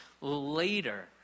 later